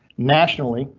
nationally,